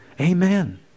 Amen